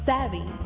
Savvy